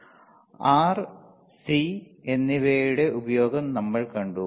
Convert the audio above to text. R C എന്നിവയുടെ ഉപയോഗം നമ്മൾ കണ്ടു